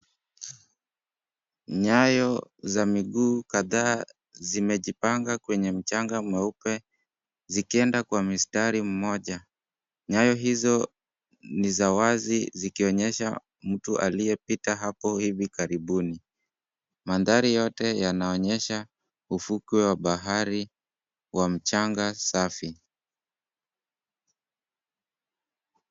Nyayo za miguu kadhaa zimejipanga kwenye mchanga mweupe zikienda kwa mistari mmoja. Nyayo hizo ni za wazi zikionyesha mtu aliyepita hapo hivi karibuni. Mandhari yote yanaonyesha ufukwe wa bahari wa mchanga safi.